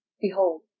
Behold